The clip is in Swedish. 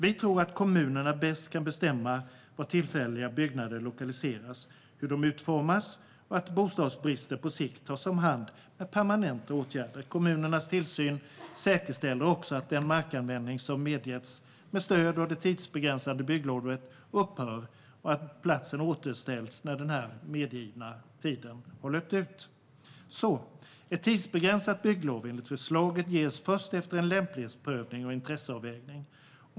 Vi tror att kommunerna bäst kan bestämma var tillfälliga byggnader lokaliseras och hur de ska utformas. Vi tror också att bostadsbristen på sikt tas om hand med permanenta åtgärder. Kommunernas tillsyn säkerställer också att den markanvändning som medgetts med stöd av det tidsbegränsade bygglovet upphör och att platsen återställs när den medgivna tiden har löpt ut. Ett tidsbegränsat bygglov enligt förslaget ges först efter en lämplighetsprövning och intresseavvägning.